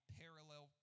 parallel –